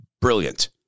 brilliant